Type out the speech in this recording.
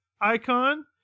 icon